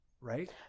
Right